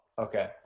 okay